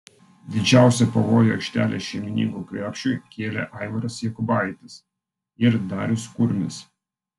didžiausią pavojų aikštelės šeimininkų krepšiui kėlė aivaras jokubaitis ir darius kurmis